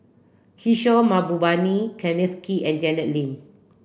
Kishore Mahbubani Kenneth Kee and Janet Lim